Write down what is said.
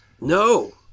No